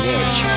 edge